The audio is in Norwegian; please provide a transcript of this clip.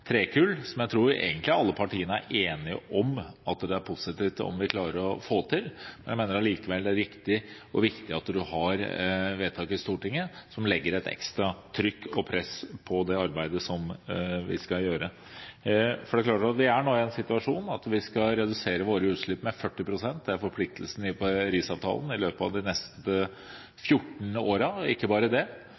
trekull, som jeg tror at egentlig alle partiene er enige om er positivt om vi klarer å få til. Jeg mener likevel det er riktig og viktig at man har vedtak i Stortinget som legger et ekstra trykk og press på det arbeidet vi skal gjøre. Vi er nå i den situasjon at vi skal redusere våre utslipp med 40 pst. i løpet av de neste 14 årene – det er forpliktelsen i Paris-avtalen. Ikke bare det,